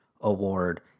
award